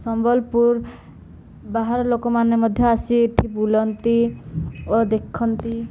ସମ୍ବଲପୁର ବାହାର ଲୋକମାନେ ମଧ୍ୟ ଆସି ଏଠି ବୁଲନ୍ତି ଓ ଦେଖନ୍ତି